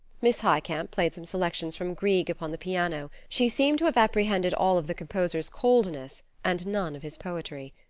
miss highcamp played some selections from grieg upon the piano. she seemed to have apprehended all of the composer's coldness and none of his poetry.